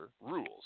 rules